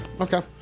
Okay